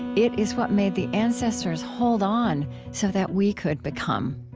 it is what made the ancestors hold on so that we could become.